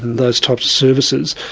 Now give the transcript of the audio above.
those types of services.